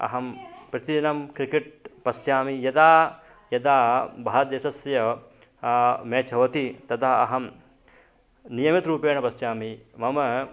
अहं प्रतिदिनं क्रिकेट् पश्यामि यदा यदा भारत देशस्य मेच् भवति तदा अहं नियमितरूपेण पश्यामि मम